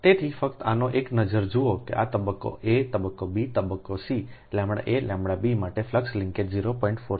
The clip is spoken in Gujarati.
તેથી ફક્ત આનો એક નજર જુઓ કે આ તબક્કો એ તબક્કો બી તબક્કો સીλaλb માટે ફ્લક્સ લિંક્સેસ 0